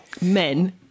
men